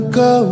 go